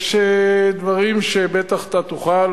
יש דברים שבטח אתה תוכל,